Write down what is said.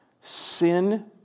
Sin